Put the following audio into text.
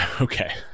Okay